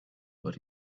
but